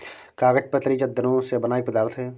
कागज पतली चद्दरों से बना एक पदार्थ है